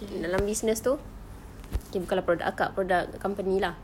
dalam business itu okay lah bukan product akak product company lah